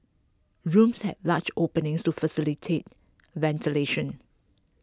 rooms had large openings to facilitate ventilation